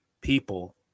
people